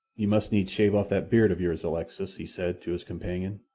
you must needs shave off that beard of yours, alexis, he said to his companion.